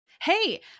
Hey